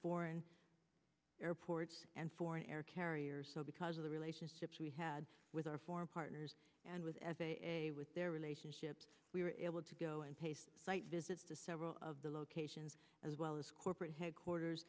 foreign airports and foreign air carriers so because of the relationships we had with our foreign partners and with as with their relationships we were able to go and pay site visits to several of the locations as well as corporate headquarters